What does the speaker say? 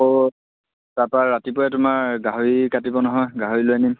আকৌ তাৰপৰা ৰাতিপুৱাই তোমাৰ গাহৰি কাটিব নহয় গাহৰি লৈ আনিম